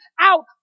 out